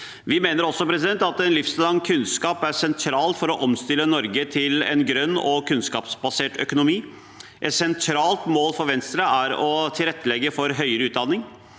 Vi mener også at livslang kunnskap er sentralt for å omstille Norge til en grønn og kunnskapsbasert økonomi. Et sentralt mål for Venstre er å tilrettelegge for høyere utdanning.